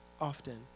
often